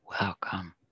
welcome